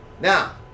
Now